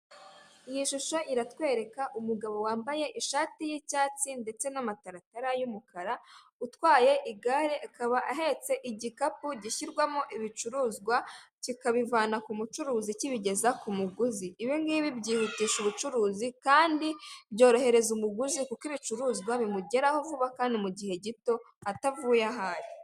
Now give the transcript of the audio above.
Iyi shusho iratwereka umugabo wambaye ishati y'icyatsi ndetse n'amataratara y'umukara, utwaye igare akaba ahetse igikapu gishyirwamo ibicurizwa, kikabivana ku mucuruzi, kibigeza ku muguzi, ibi ngibi byihutisha ubucuruzi kandi byorohereza umuguzi kuko ibicuruzwa bimugeraho vuba kandi mu gihe gito atavuye aho ari.